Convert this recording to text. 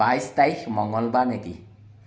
বাইছ তাৰিখ মঙ্গলবাৰ নেকি